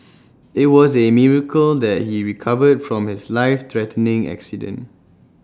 IT was A miracle that he recovered from his life threatening accident